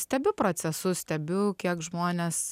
stebiu procesus stebiu kiek žmonės